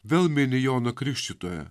vėl mini joną krikštytoją